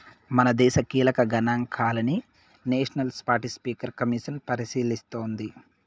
మనదేశ కీలక గనాంకాలని నేషనల్ స్పాటస్పీకర్ కమిసన్ పరిశీలిస్తోంది